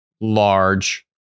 large